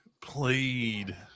played